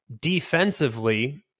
defensively